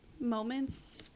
moments